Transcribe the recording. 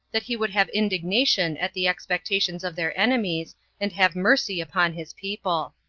that he would have indignation at the expectations of their enemies, and have mercy upon his people.